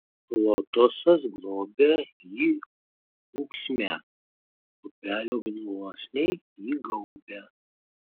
lotosas globia jį ūksme upelio gluosniai jį gaubia